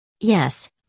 Yes